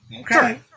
okay